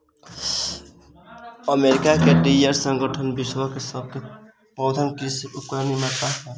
America के Deere संगठन विश्वक सभ सॅ पैघ कृषि उपकरण निर्माता अछि